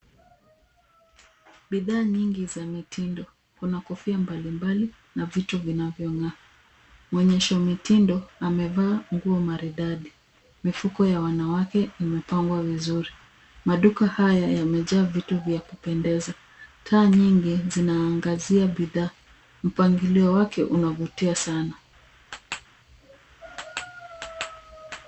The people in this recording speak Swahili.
Bidhaa nyingi za mitindo. Kuna kofia mbali mbali na vitu vinavyongaa. Mwenyezi wa mitindo amevaa nguo maridadi. Mifuko ya wanawake imepangwa vizuri. Maduka haya yamejaa vitu vya kupendeza. Taa nyingi zinaangazia bidhaa. Mpangilio wake unavutia sana.